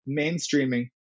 mainstreaming